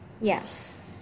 Yes